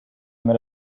met